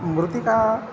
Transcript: मृत्तिका